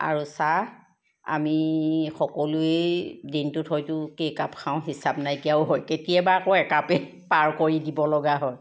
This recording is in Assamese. আৰু চাহ আমি সকলোৱেই দিনটোত হয়তো কেইকাপ খাওঁ হিচাপ নাইকিয়াও হয় কেতিয়াবা আকৌ একাপেই পাৰ কৰি দিবলগা হয়